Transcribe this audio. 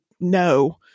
no